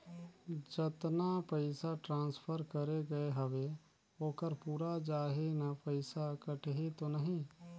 जतना पइसा ट्रांसफर करे गये हवे ओकर पूरा जाही न पइसा कटही तो नहीं?